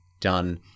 done